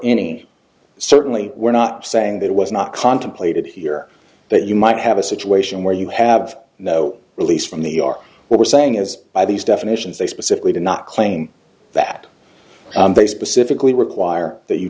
any certainly we're not saying that it was not contemplated here but you might have a situation where you have no release from the our what we're saying is by these definitions they specifically did not claim that they specifically require that you